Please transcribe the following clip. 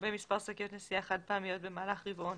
לגבי מספר שקיות נשיאה חד-פעמיות במהלך רבעון